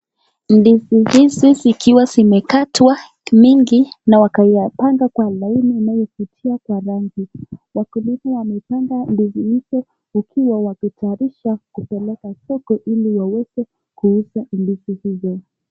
Ndizi hizi zikiwa zimekatwa mingi na wakaipanga kwa laini inayovutia Kwa shati, wakulima wamepanda ndizi hizo wakiwa wakitayarisha kupeleka soko ndizi ili waweze kuuza ndizi hizo.